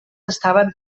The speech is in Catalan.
estaven